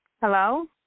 hello